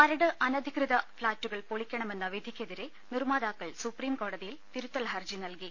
മരട് അനധികൃത ഫ്ളാറ്റുകൾ പൊളിക്കണമെന്ന വിധിക്കെതിരെ നിർമാതാക്കൾ സുപ്രീംകോ്ടതിയിൽ തിരുത്തൽഹർജി നൽകി